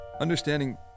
understanding